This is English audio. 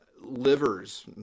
livers